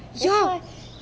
ya